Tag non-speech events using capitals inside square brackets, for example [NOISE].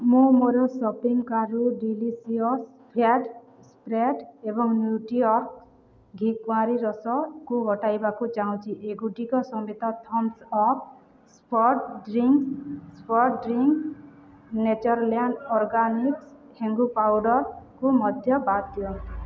ମୁଁ ମୋର ସପିଂ କାର୍ଟ୍ରୁ ଡ଼ିଲିସିୟସ୍ ଫ୍ୟାଟ୍ ସ୍ପ୍ରେଡ଼୍ ଏବଂ ନ୍ୟୁଟ୍ରିଅର୍ଗ ଘି କୁଆଁରୀ ରସକୁ ହଟାଇବାକୁ ଚାହୁଁଛି ଏଗୁଡ଼ିକ ସମେତ Thums Up soft drinks [UNINTELLIGIBLE] drink Natureland organics ହେଙ୍ଗୁ ପାଉଡ଼ର୍କୁ ମଧ୍ୟ ବାଦ୍ ଦିଅନ୍ତୁ